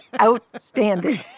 outstanding